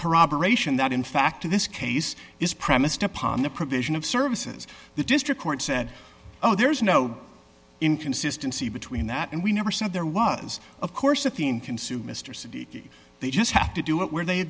corroboration that in fact in this case is premised upon the provision of services the district court said oh there's no inconsistency between that and we never said there was of course a theme consume mr city they just have to do it where they